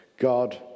God